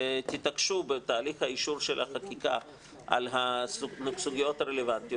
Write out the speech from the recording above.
ותתעקשו בתהליך האישור של החקיקה על הסוגיות הרלוונטיות